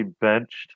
benched